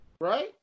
Right